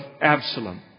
Absalom